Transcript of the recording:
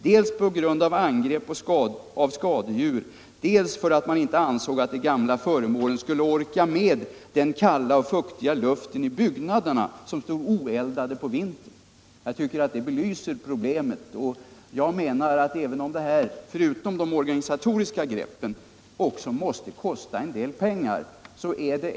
Dels på grund av angrepp från skadedjur, dels för att man inte ansåg att de gamla föremålen skulle orka med den kalla och fuktiga luften i byggnaderna som står oeldade på vintern.” Jag tycker att det belyser problemet. De åtgärder som här skall vidtas utöver de organisatoriska förändringarna måste kosta en del pengar.